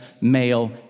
male